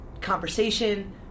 conversation